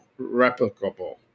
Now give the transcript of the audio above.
replicable